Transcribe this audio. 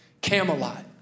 Camelot